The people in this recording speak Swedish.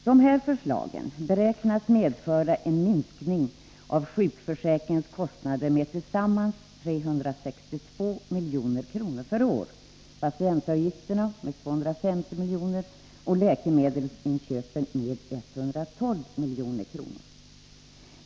Dessa förslag beräknas medföra en minskning av sjukförsäkringskostnader med sammanlagt 362 milj.kr. per år, patientavgifterna med 250 miljoner och läkemedelsinköpen med 112 miljoner.